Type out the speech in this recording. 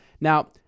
now